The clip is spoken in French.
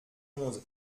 onze